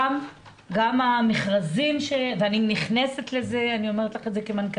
גם המכרזים ואני אומרת כמנכ"לית,